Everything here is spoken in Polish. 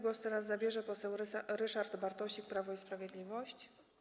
Głos teraz zabierze poseł Ryszard Bartosik, Prawo i Sprawiedliwość.